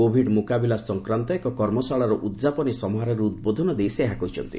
କୋଭିଡ୍ର ମୁକାବିଲା ସଂକ୍ରାନ୍ତ ଏକ କମିଶାଳାର ବୈଠକର ଉଦ୍ଯାପନୀ ସମାରୋହରେ ଉଦ୍ବୋଧନ ଦେଇ ସେ ଏହା କହିଛନ୍ତି